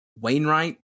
Wainwright